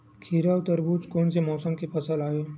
खीरा व तरबुज कोन से मौसम के फसल आवेय?